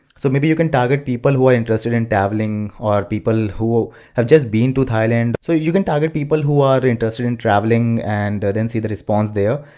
so maybe you can target people who are interested in traveling or people who have just been to thailand. so you can target people who are interested in traveling and see the response there.